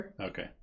Okay